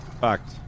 fucked